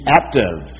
active